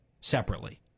separately